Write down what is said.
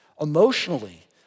Emotionally